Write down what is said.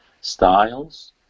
styles